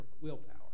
willpower